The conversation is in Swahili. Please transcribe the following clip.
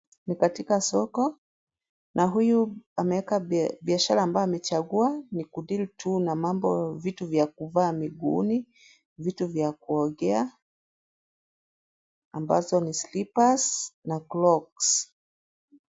Ni katika soko na huyu ameweka biashara ambayo amechagua ni kudeal to na mambo vitu vya kuvaa miguuni, vitu vya kuogea, ambazo ni sleepers na crocks .